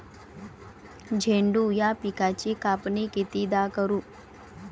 झेंडू या पिकाची कापनी कितीदा करू?